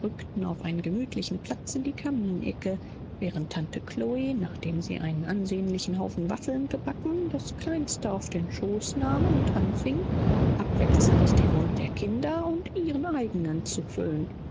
begaben sich nach einem bequemen sitze in der kaminecke während tante chlo nachdem sie einen ansehnlichen haufen kuchen gebacken hatte ihr jüngstes kind auf den schooß nahm und nun begann abwechselnd dessen mund und ihren eigenen zu füllen